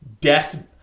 death